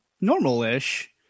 normal-ish